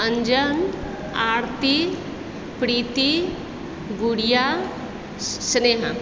Anjan Aarti Preeti Gudiya Sneha